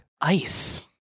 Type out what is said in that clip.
Ice